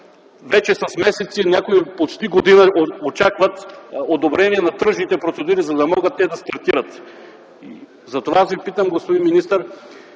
вече с месеци, а някои почти година, очакват одобрение на тръжните процедури, за да могат да стартират. Затова аз Ви питам, господин министър: